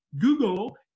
Google